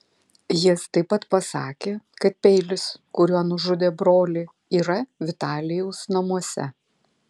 jis taip pat pasakė kad peilis kuriuo nužudė brolį yra vitalijaus namuose